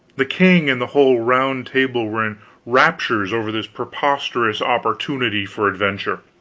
the king and the whole round table were in raptures over this preposterous opportunity for adventure.